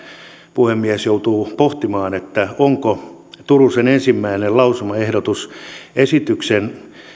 puhemies joutuu pohtimaan onko turusen ensimmäinen lausumaehdotus esityksen